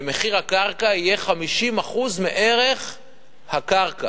ומחיר הקרקע יהיה 50% מערך הקרקע.